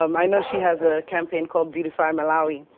um i know she has a campaign called beautify malawi.